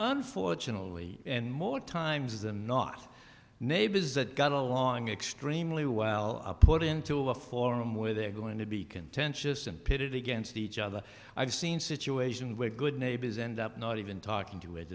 unfortunately and more times than not neighbors that got along extremely well are put into a forum where they're going to be contentious and pitted against each other i've seen situation where good neighbors end up not even talking to it